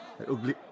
Ugly